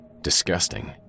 Disgusting